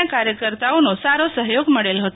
ના કાર્યકર્તાઓનો સારો સહયોગ મળેલ હતો